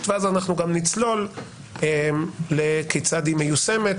ואז אנחנו גם נצלול כיצד היא מיושמת,